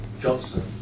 Johnson